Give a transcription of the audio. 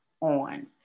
on